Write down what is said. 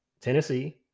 Tennessee